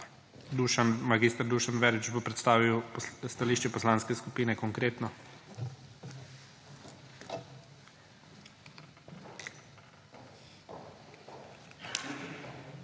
lepa. Mag. Dušan Verbič bo predstavil stališče Poslanske skupine Konkretno.